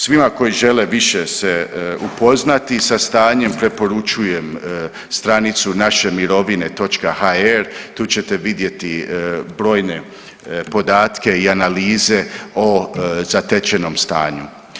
Svima koji žele se više upoznati sa stanjem preporučujem stranicu naše mirovine.hr tu ćete vidjeti brojne podatke i analize o zatečenom stanju.